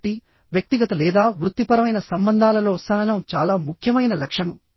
కాబట్టి వ్యక్తిగత లేదా వృత్తిపరమైన సంబంధాలలో సహనం చాలా ముఖ్యమైన లక్షణం